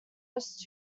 first